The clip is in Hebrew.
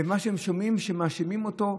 מה שהם שומעים הוא שמאשימים אותם,